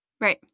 Right